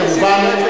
כמובן,